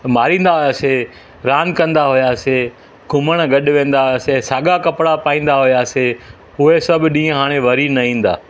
मारींदा हुआसीं रांदि कंदा हुआसीं घुमणु गॾु वेंदा हुआसीं असां साॻिए कपिड़ा पाईंदा हुआसीं उहे सभु ॾींहं हाणे वरी न ईंदा